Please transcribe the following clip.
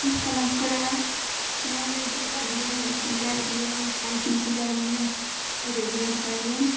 class करय लए knowledge academy जाइ रहियै साइकिलसँ जाइ रहियै रेगुलर जाइ रहियै